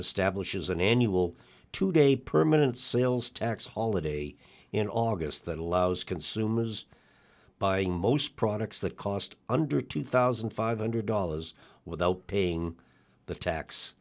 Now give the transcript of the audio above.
establishes an annual two day permanent sales tax holiday in august that allows consumers buying most products that cost under two thousand five hundred dollars without paying the tax